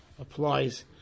applies